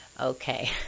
Okay